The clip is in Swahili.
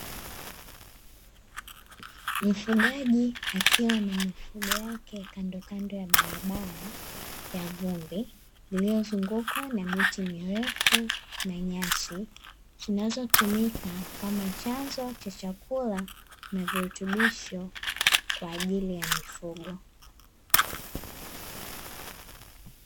Mfugaji akiwa na mifugo yake kandokando ya barabara ya vumbi, iliyozungukwa na miti mirefu na nyasi, zinazotumika kama chanzo cha chakula, na virutubisho kwa ajili ya mifugo.